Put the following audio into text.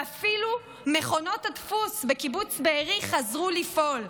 ואפילו מכונות הדפוס בקיבוץ בארי חזרו לפעול.